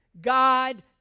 God